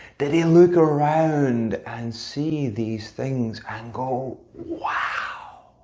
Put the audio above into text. did he look around and see these things and go wow!